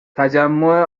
تجمع